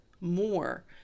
more